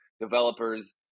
developers